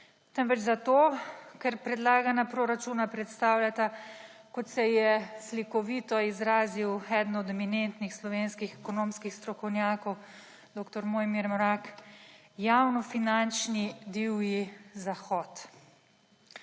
temveč zato, ker predlagana proračuna predstavljata, kot se je slikovito izrazil eden od eminentnih slovenskih ekonomskih strokovnjakov dr. Mojmir Mrak, »javnofinančni Divji zahod«.